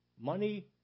money